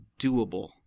doable